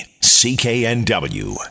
CKNW